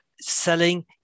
selling